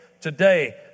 today